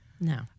No